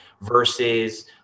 versus